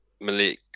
Malik